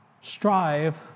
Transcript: strive